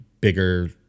bigger